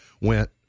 went